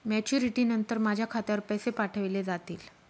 Maturity नंतर माझ्या खात्यावर पैसे पाठविले जातील?